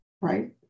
right